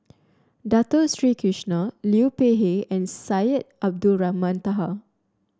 Dato Sri Krishna Liu Peihe and Syed Abdulrahman Taha